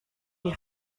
die